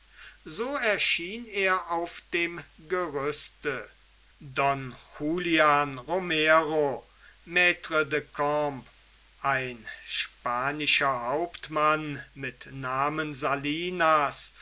so erschien er auf dem gerüste don julian romero maitre de camp ein spanischer hauptmann mit namen salinas